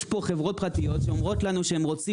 יש פה חברות פרטיות שאומרות לנו שהן רוצות